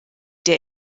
der